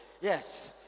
Yes